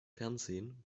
fernsehen